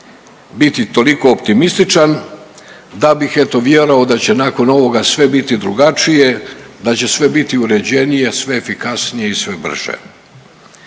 biti toliko optimističan da bih eto vjerovao da će nakon ovoga sve biti drugačije, da će sve biti uređenije, sve efikasnije i sve brže.